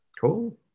cool